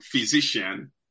physician